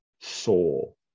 soul